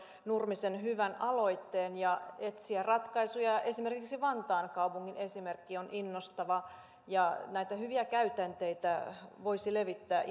nurmisen hyvän aloitteen ja etsiä ratkaisuja esimerkiksi vantaan kaupungin esimerkki on innostava ja näitä hyviä käytänteitä voisi levittää